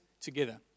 together